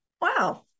wow